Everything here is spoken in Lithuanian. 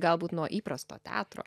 galbūt nuo įprasto teatro